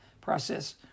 process